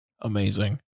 Amazing